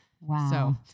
Wow